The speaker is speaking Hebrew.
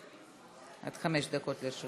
עד חמש דקות לרשותך.